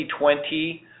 2020